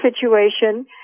situation